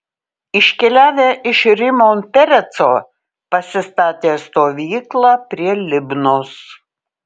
iškeliavę iš rimon pereco pasistatė stovyklą prie libnos